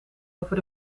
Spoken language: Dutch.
over